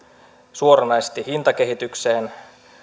suoranaisesti hintakehitykseen